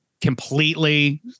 completely